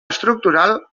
estructural